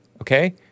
Okay